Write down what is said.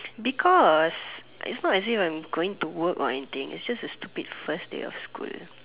because is not as if I'm going to work or anything is just a stupid first day of school